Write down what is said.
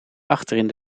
achterin